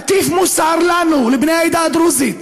מטיף מוסר לנו, לבני העדה הדרוזית.